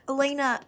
Elena